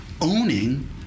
owning